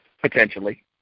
Potentially